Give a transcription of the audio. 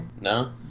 no